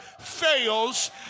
fails